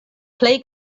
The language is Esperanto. plej